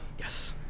Yes